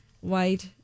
White